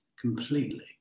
completely